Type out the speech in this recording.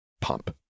Pump